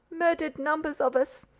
murdered numbers of us.